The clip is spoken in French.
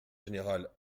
général